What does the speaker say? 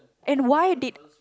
and why did